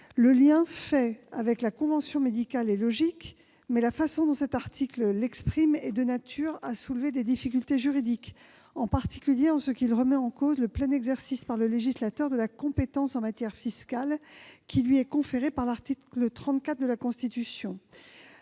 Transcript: Le lien fait avec la convention médicale est logique, mais la façon dont cet article l'exprime est de nature à soulever des difficultés juridiques, en particulier en ce qu'il remet en cause le plein exercice par le législateur de la compétence en matière fiscale qui lui est conférée par l'article 34 de la Constitution.